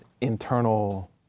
internal